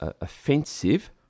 offensive